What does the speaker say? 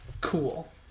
cool